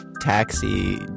taxi